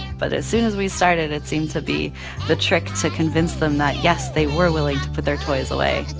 but as soon as we started, it seemed to be the trick to convince them that, yes, they were willing to put their toys away